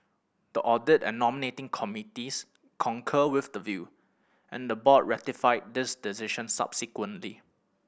the audit and nominating committees concurred with the view and the board ratified this decision subsequently